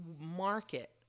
market